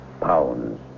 pounds